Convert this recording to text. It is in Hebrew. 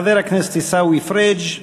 חבר הכנסת עיסאווי פריג'.